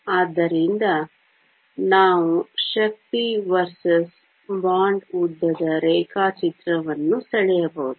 ಆದ್ದರಿಂದ ನಾವು ಶಕ್ತಿ ವರ್ಸಸ್ ಬಾಂಡ್ ಉದ್ದದ ರೇಖಾಚಿತ್ರವನ್ನು ಸೆಳೆಯಬಹುದು